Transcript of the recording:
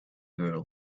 girl